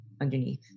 underneath